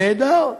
נהדר.